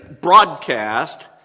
broadcast